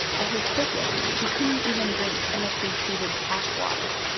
at her sickest, she couldn't even drink chemically treated tap water.